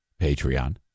Patreon